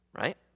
right